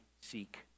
seek